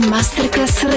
Masterclass